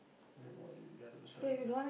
nobody